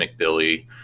McBilly